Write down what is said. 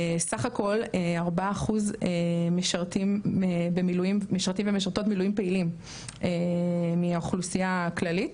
סה"כ ארבע אחוז משרתים ומשרתות מילואים פעילים מהאוכלוסייה הכללית